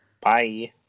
Bye